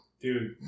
Dude